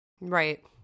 Right